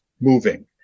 moving